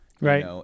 Right